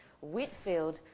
Whitfield